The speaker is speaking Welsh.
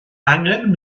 angen